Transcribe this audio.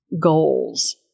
goals